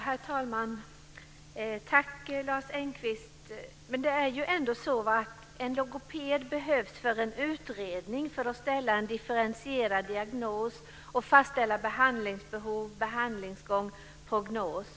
Herr talman! Tack, Lars Engqvist. Det är ändå så att en logoped behövs för utredning, för att en differentierad diagnos ska kunna ställas och för att man ska kunna fastställa behandlingsbehov, behandlingsgång och prognos.